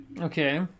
Okay